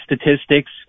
statistics